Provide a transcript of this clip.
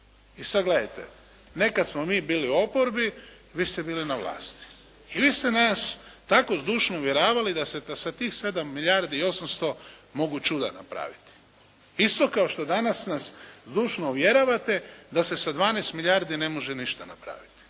I sada gledajte, nekada smo mi bili u oporbi, vi ste bili na vlasti. I vi ste nas tako zdušno uvjeravali da se sa tih 7 milijardi i 800 mogu čuda uvjeravati. Isto kao što danas nas zdušno uvjeravate da se sa 12 milijardi ne može ništa napraviti.